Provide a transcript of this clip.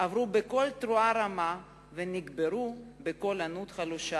עברו בקול תרועה רמה ונקברו בקול ענות חלושה,